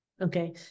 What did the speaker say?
okay